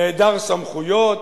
נעדר סמכויות.